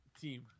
team